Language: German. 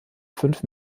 fünf